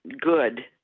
good